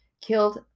killed